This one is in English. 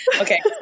Okay